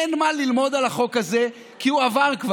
אין מה ללמוד על החוק הזה, כי הוא כבר עבר.